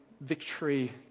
victory